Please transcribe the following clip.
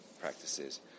practices